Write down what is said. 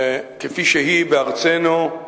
כפי שהיא בארצנו,